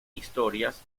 historias